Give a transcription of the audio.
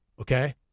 okay